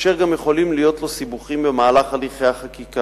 אשר גם יכולים להיות לו סיבוכים במהלך הליכי החקיקה.